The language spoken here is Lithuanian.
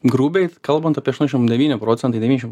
grubiai kalbant apie aštuoniasdešim devyni procentai devyniasdešim